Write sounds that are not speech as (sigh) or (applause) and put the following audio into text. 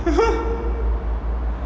(laughs)